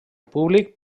públic